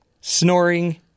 snoring